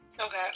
okay